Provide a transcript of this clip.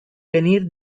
venir